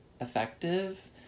effective